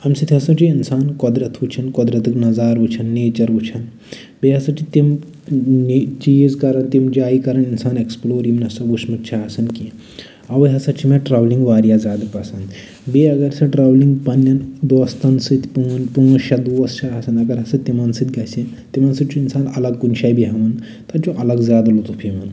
اَمہِ سۭتۍ ہسا چھُ اِنسان قۄدرَت وٕچھان قۄدرَتٕکۍ نَظارٕ وٕچھَان نٮ۪چر وٕچھان بیٚیہِ ہسا چھِ تم چیٖز کران تِم جایہِ کران اِنسان اٮ۪کٔسپٔلور یِم نہ سا وٕچھمٕژ چھِ آسان کیٚنہہ اَوے ہسا چھِ مےٚ ٹرٮ۪ؤلِنگ واریاہ زیادٕ پَسند بیٚیہِ اَگر سۄ ٹریولِنگ پَنٕنٮ۪ن دوستَن سۭتۍ پانژھ شیٚے دوس چھِ آسان اَگر ہسا تِمَن سۭتۍ گژھِ تِمَن سۭتۍ چھُ اِنسان اَلگ کُنہِ جایہِ بٮ۪ہوان تَتہِ چھُ اَلگ زیادٕ لُطُف یِوان